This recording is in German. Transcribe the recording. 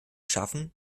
schaffen